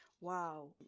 Wow